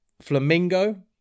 Flamingo